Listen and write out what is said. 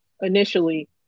initially